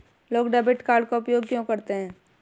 लोग debit card का उपयोग क्यों करते हैं?